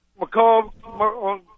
McCall